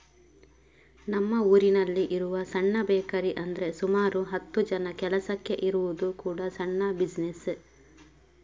ನಮ್ಮ ಊರಿನಲ್ಲಿ ಇರುವ ಸಣ್ಣ ಬೇಕರಿ ಅಂದ್ರೆ ಸುಮಾರು ಹತ್ತು ಜನ ಕೆಲಸಕ್ಕೆ ಇರುವುದು ಕೂಡಾ ಸಣ್ಣ ಬಿಸಿನೆಸ್